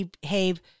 behave